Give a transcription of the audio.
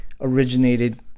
originated